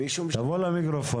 משום ש- -- תבוא למיקרופון,